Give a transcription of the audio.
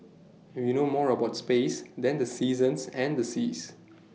we know more about space than the seasons and the seas